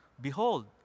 behold